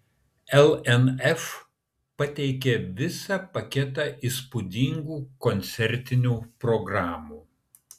lnf pateikė visą paketą įspūdingų koncertinių programų